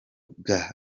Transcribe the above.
bwa